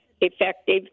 effective